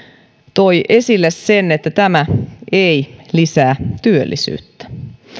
toi esille sen että tämä ei lisää työllisyyttä